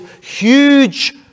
huge